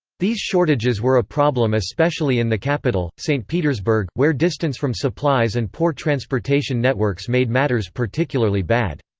these shortages were a problem especially in the capital, st. petersburg, where distance from supplies and poor transportation networks made matters particularly bad.